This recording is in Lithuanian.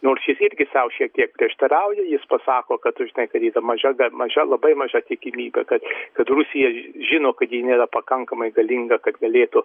nors jis irgi sau šiek tiek prieštarauja jis pasako kad tu žinai kad yra maža ga labai maža tikimybė kad kad rusija ž žino kad ji nėra pakankamai galinga kad galėtų